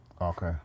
Okay